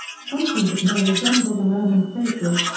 some think it may resemble the roman fasces,